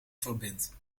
verbindt